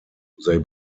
they